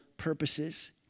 purposes